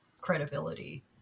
credibility